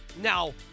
Now